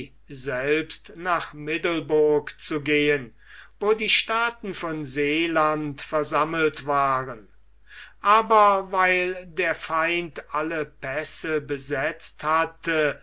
selbst nach middelburg zu gehen wo die staaten von seeland versammelt waren aber weil der feind alle pässe besetzt hatte